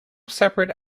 separate